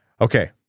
Okay